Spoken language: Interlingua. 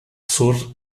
sur